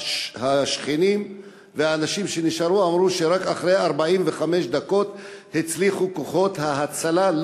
השכנים והאנשים שנשארו אמרו שרק אחרי 45 דקות הצליחו כוחות ההצלה,